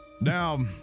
Now